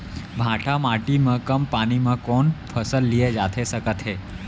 भांठा माटी मा कम पानी मा कौन फसल लिए जाथे सकत हे?